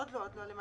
עוד לא, בהמשך.